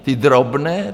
Ty drobné?